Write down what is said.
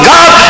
God